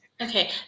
Okay